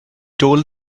told